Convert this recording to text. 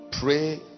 Pray